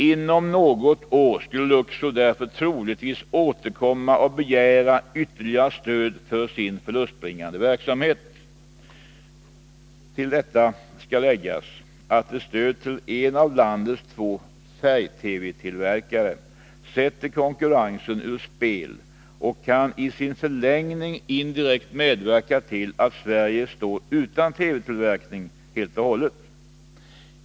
Inom något år skulle Luxor därför troligtvis återkomma och begära ytterligare stöd för sin förlustbringande verksamhet. Till detta skall läggas att stöd till en av landets två färg-TV-tillverkare sätter konkurrensen ur spel och i sin förlängning indirekt kan medverka till att Sverige står utan TV-tillverkning helt och hållet.